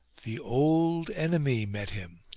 the old enemy met him,